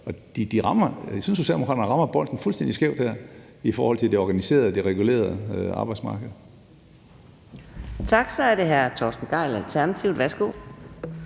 det før. Jeg synes, Socialdemokraterne rammer bolden fuldstændig skævt her i forhold til det organiserede og det regulerede arbejdsmarked.